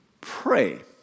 pray